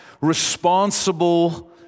responsible